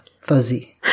fuzzy